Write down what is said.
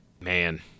Man